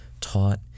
taught